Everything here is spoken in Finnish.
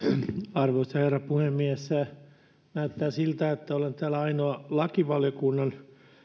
arvoisa herra puhemies näyttää siltä että olen täällä ainoa lakivaliokunnan